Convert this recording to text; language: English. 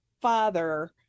father